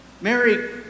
Mary